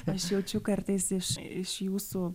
aš jaučiu kartais iš iš jūsų